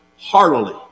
heartily